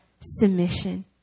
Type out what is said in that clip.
submission